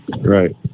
Right